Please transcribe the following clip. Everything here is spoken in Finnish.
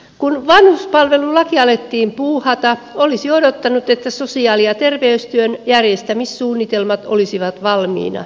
kun vanhuspalvelulakia alettiin puuhata olisi odottanut että sosiaali ja terveystyön järjestämissuunnitelmat olisivat valmiina